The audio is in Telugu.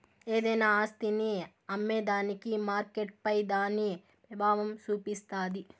ఏదైనా ఆస్తిని అమ్మేదానికి మార్కెట్పై దాని పెబావం సూపిస్తాది